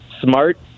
smart